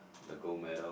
the gold medal